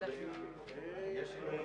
הישיבה